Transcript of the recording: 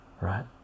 right